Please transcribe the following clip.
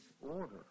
order